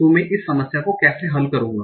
तो मैं इस समस्या को कैसे हल करूंगा